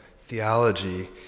theology